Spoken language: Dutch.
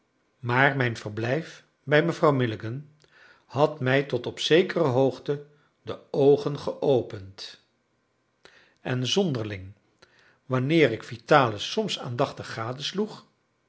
maar mijn verblijf bij mevrouw milligan had mij tot op zekere hoogte de oogen geopend en zonderling wanneer ik vitalis soms aandachtig gadesloeg